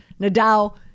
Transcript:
Nadal